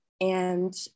And-